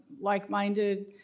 like-minded